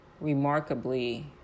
remarkably